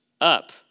up